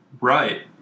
Right